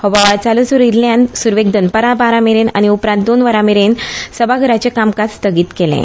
हो बोवाळ चालूच उरिल्ल्यान सूरवेक दनपारां बारा मेरेन आनी उपरांत दोन वरां मेरेन सभाघराचें कामकाज स्थगीत केलें